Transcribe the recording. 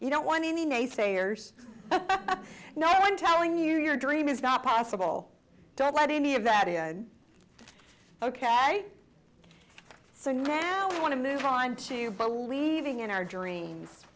you don't want any naysayers no one telling you your dream is not possible don't let any of that is ok so now we want to move on to believing in our dreams